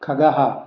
खगः